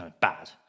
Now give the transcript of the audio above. bad